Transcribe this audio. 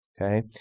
okay